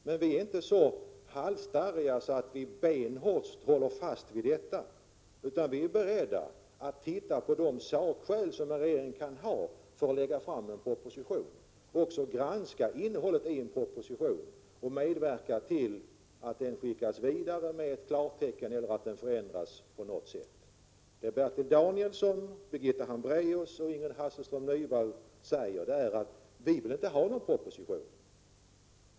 Men vi är inte så halsstarriga att vi benhårt håller fast vid det, utan vi är beredda att titta närmare på de sakskäl som regeringen kan ha för att lägga fram en proposition och även att granska innehållet i en proposition och medverka till att den skickas vidare med klartecken eller till att den förändras på något sätt. Vad Bertil Danielsson, Birgitta Hambraeus och Ingrid Hasselström Nyvall säger är: Vi vill inte ha någon proposition.